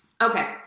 Okay